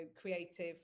creative